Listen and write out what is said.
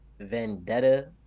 vendetta